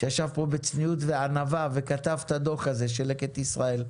שישב פה בצניעות וענווה וכתב את הדוח הזה של לקט ישראל.